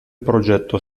progetto